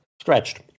stretched